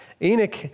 Enoch